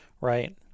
right